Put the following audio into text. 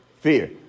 fear